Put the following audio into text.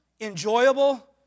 enjoyable